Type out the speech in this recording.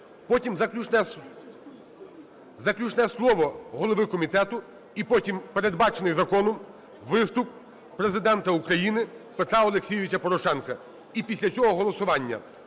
потім – заключне слово голови комітету, і потім – передбачений законом виступ Президента України Петра Олексійовича Порошенка. І після цього голосування.